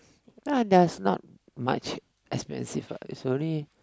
that does not much expensive what it's only